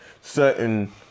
certain